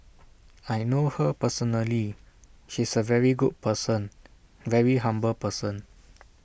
I know her personally she's A very good person very humble person